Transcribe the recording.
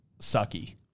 sucky